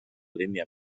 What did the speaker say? línia